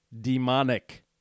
demonic